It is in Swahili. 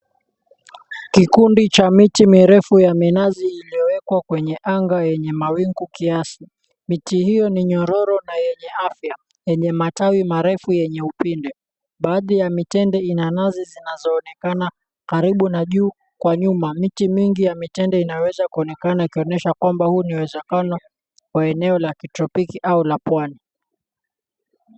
Kikundi cha miti mirefu ya minazi iliyowekwa kwenye anga yenye mawingu kiasi. Miti hiyo ni nyororo na yenye afya, yenye matawi marefu yenye upinde. Baadhi ya mitende ina nazi zinazoonekana karibu na juu kwa nyuma. Miti mingi ya mitende inaweza kuonekana ikionyesha kwamba huu ni uwezekano wa eneo la kitropiki au la pwani.